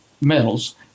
metals